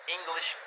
English